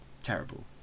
Terrible